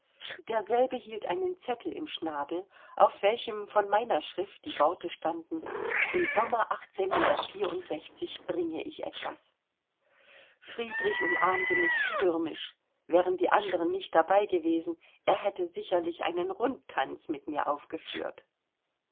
derselbe hielt einen zettel im schnabel auf welchem von meiner schrift die worte standen im sommer bringe ich etwas friedrich umarmte mich stürmisch wären die andern nicht dabei gewesen er hätte sicherlich einen rundtanz mit mir aufgeführt